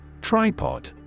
Tripod